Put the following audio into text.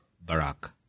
Barak